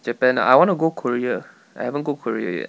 japan I want to go korea I haven't go korea yet